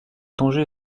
tanger